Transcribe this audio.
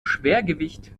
schwergewicht